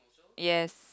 yes